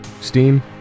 Steam